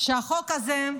החוק הזה,